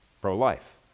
pro-life